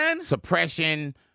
suppression